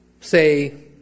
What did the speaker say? say